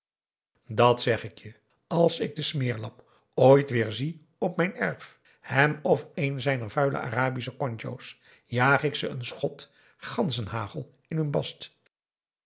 dàt zeg ik je als ik den smeerlap ooit weer zie op mijn erf hem of een zijner vuile arabische kontjo's jaag ik ze een schot ganzenhagel in hun bast